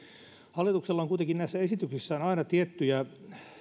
hallituksella on kuitenkin näissä esityksissään aina tiettyjä